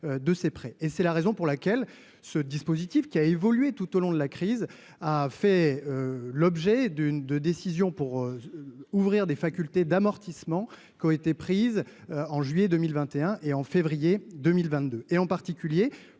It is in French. de ces prêts et c'est la raison pour laquelle ce dispositif qui a évolué tout au long de la crise, a fait l'objet d'une de décisions pour ouvrir des facultés d'amortissement qui ont été prises en juillet 2021 et en février 2022, et en particulier